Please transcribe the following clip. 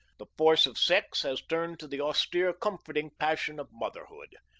the force of sex has turned to the austere comforting passion of motherhood.